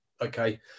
okay